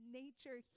nature